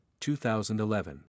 2011